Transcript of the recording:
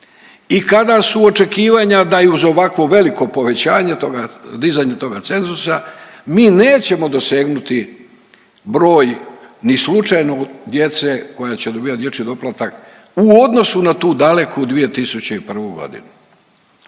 i kada su očekivanja da i uz ovakvo veliko povećanje od toga, dizanje toga cenzusa mi nećemo dosegnuti broj ni slučajno djece koja će dobivati dječji doplatak u odnosu na tu daleku 2001. godinu.